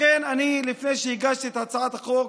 לכן לפני שהגשתי את הצעת החוק,